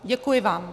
Děkuji vám.